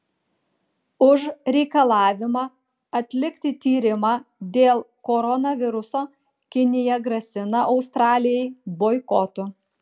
už reikalavimą atlikti tyrimą dėl koronaviruso kinija grasina australijai boikotu